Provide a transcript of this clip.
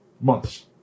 Months